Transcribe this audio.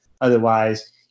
Otherwise